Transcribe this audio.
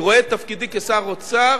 אני רואה את תפקידי כשר האוצר